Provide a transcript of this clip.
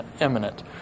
imminent